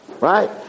right